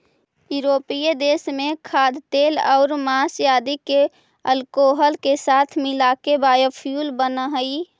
यूरोपीय देश में खाद्यतेलआउ माँस आदि के अल्कोहल के साथ मिलाके बायोफ्यूल बनऽ हई